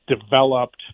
developed